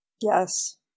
yes